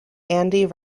andy